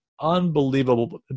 Unbelievable